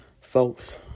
Folks